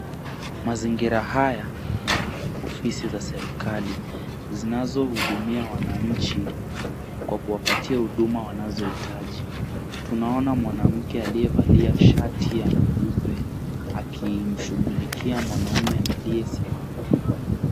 Mazingira haya ni ya ofisi za serikali zinazohudumia wananchi kwa kuwapatia huduma wanazohitaji. Tunaona mwanamke aliyevalia shati ya nyeupe akimshughulikia mwanaume aliyesimama.